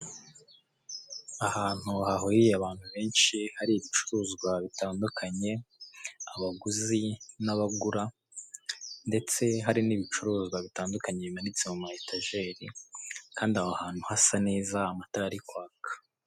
Ahantu hahuriye abantu benshi, hari ibicuruzwa bitandukanye, abaguzi n'abagura ndetse hari n'ibicuruzwa bitandukanye bimanitse mu ma etajeri kandi aho hantu hasa neza amatara ari kwaka.